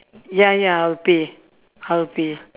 ya ya I'll pay I'll pay